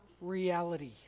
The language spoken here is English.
reality